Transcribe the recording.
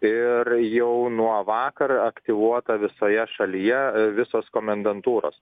ir jau nuo vakar aktyvuota visoje šalyje visos komendantūros